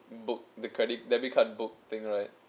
book the credit debit card book thing right